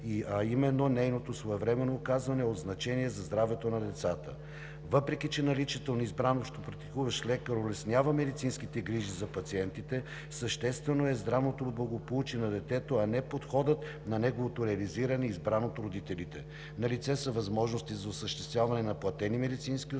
а именно нейното своевременно оказване е от значение за здравето на децата. Въпреки че наличието на избран общопрактикуващ лекар улеснява медицинските грижи за пациентите, съществено е здравното благополучие на детето, а не подходът на неговото реализиране, избран от родителите. Налице са възможности за осъществяване на платени медицински услуги